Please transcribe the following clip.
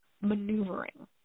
maneuvering